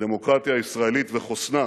הדמוקרטיה הישראלית וחוסנה,